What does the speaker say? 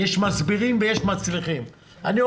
יש מסבירים ויש מצליחים.